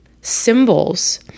symbols